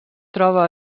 troba